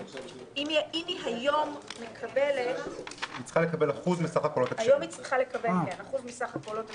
היום היא צריכה לקבל אחוז מסך הקולות הכשרים,